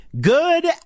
Good